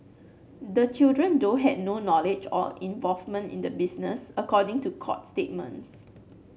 the children though had no knowledge or involvement in the business according to court statements